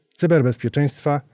cyberbezpieczeństwa